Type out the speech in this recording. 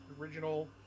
original